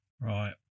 Right